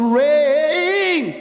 rain